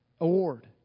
award